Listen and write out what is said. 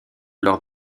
lors